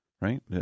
right